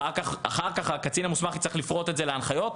אחר כך הקצין המוסמך יצטרך לפרוט את זה להנחיות.